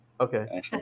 Okay